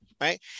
right